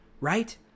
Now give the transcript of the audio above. right